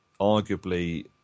arguably